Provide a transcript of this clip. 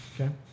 Okay